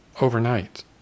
overnight